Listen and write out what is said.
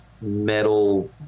metal